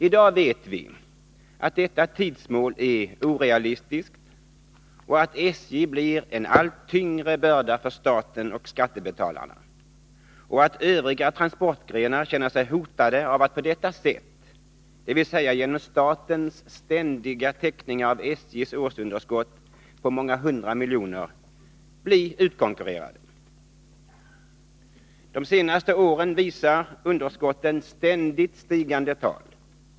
I dag vet vi att detta tidsmål är orealistiskt och att SJ blir en allt tyngre börda för staten och skattebetalarna och att övriga transportgrenar känner sig hotade av att på detta sätt — dvs. genom statens ständiga täckningar av SJ:s årsunderskott på många hundra miljoner — bli utkonkurrerade. De senaste åren visar underskotten ständigt stigande tal.